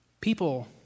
People